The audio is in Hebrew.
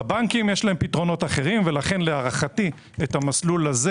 בבנקים יש להם פתרונות אחרים ולכן להערכתי את המסלול הזה